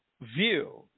view